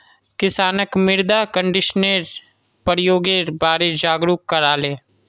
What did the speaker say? किसानक मृदा कंडीशनरेर प्रयोगेर बारे जागरूक कराले